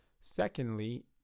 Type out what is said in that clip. Secondly